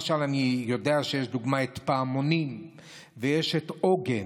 אני יודע שיש לדוגמה את פעמונים ויש את עוגן,